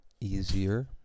easier